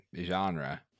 genre